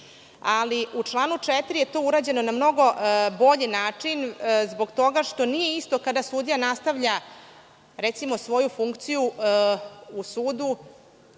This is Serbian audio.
Ali, u članu 4. je to urađeno na mnogo bolji način zbog toga što nije isto kada sudija nastavlja, recimo, svoju funkciju u